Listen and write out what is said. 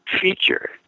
feature